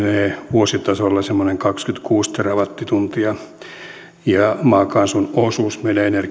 vuositasolla semmoinen kaksikymmentäkuusi terawattituntia ja maakaasun osuus meidän energian kokonaiskulutuksestamme lienee noin